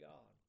God